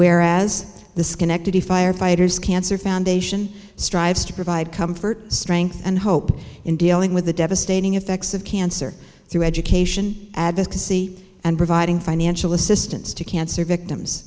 where as the schenectady firefighters cancer foundation strives to provide comfort strength and hope in dealing with the devastating effects of cancer through education advocacy and providing financial assistance to cancer victims